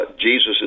Jesus